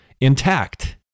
intact